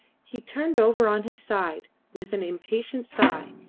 he turned over on his side with an impatient sigh,